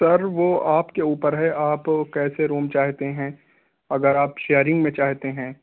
سر وہ آپ کے اوپر ہے آپ کیسے روم چاہتے ہیں اگر آپ شیئرنگ میں چاہتے ہیں